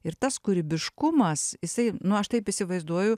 ir tas kūrybiškumas jisai nu aš taip įsivaizduoju